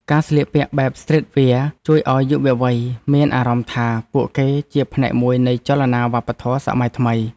ការស្លៀកពាក់បែបស្ទ្រីតវែរ ជួយឱ្យយុវវ័យមានអារម្មណ៍ថា ពួកគេជាផ្នែកមួយនៃចលនាវប្បធម៌សម័យថ្មី។